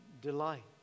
delight